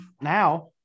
now